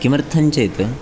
किमर्थं चेत्